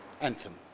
anthem